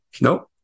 Nope